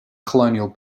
colonial